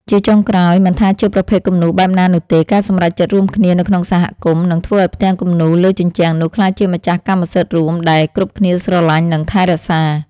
ជាចុងក្រោយ មិនថាជាប្រភេទគំនូរបែបណានោះទេ ការសម្រេចចិត្តរួមគ្នានៅក្នុងសហគមន៍ នឹងធ្វើឱ្យផ្ទាំងគំនូរលើជញ្ជាំងនោះក្លាយជាម្ចាស់កម្មសិទ្ធិរួមដែលគ្រប់គ្នាស្រឡាញ់ និងថែរក្សា។